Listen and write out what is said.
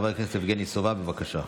חבר הכנסת יבגני סובה, בבקשה.